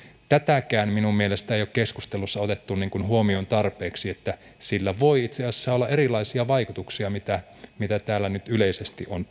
tätäkään minun mielestäni ei ole keskustelussa otettu huomioon tarpeeksi että sillä voi itse asiassa olla erilaisia vaikutuksia kuin mitä täällä nyt yleisesti on